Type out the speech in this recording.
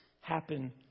happen